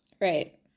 Right